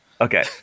Okay